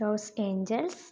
Los Angeles